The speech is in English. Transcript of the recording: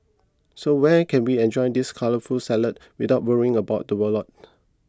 so where can we enjoy this colourful salad without worrying about the wallets